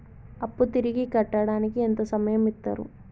అప్పు తిరిగి కట్టడానికి ఎంత సమయం ఇత్తరు?